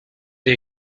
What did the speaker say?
the